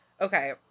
Okay